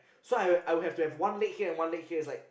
so I would I would have to one leg here and one leg here is like